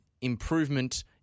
improvement